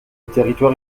territoire